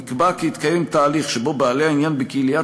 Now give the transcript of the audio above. נקבע כי יתקיים תהליך שבו בעלי העניין בקהיליית